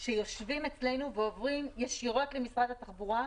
שיושבים אצלנו ועוברים ישירות למשרד התחבורה,